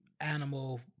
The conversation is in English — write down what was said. animal